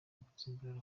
gutsimbarara